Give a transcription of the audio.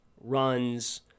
runs